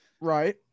Right